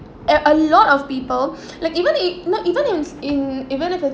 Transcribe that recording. uh a lot of people like even it not even if in even if